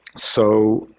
so,